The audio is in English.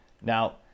now